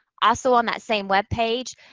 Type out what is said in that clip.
also on that same webpage,